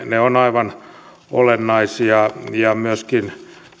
ne ovat aivan olennaisia ja myöskin